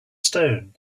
stone